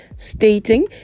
stating